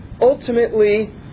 ultimately